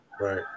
Right